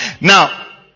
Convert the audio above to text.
Now